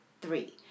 Three